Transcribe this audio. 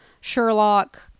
sherlock